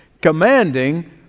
commanding